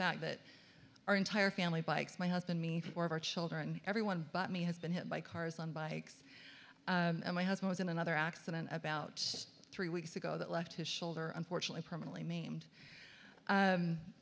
that our entire family bikes my husband me for our children everyone but me has been hit by cars on bikes and my husband is in another accident about three weeks ago that left his shoulder unfortunately permanently maimed